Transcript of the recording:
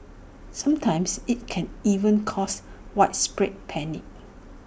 sometimes IT can even cause widespread panic